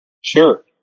Sure